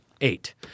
Eight